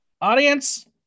audience